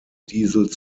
diesel